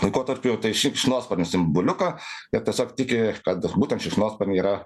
laikotarpiu tai šikšnosparnis simboliuką ir tiesiog tiki kad būtent šikšnosparniai yra